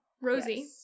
Rosie